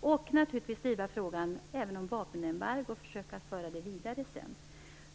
och naturligtvis att även driva frågan om vapenembargo och försöka föra det vidare sedan.